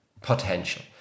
potential